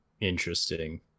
Interesting